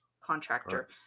contractor